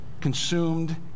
consumed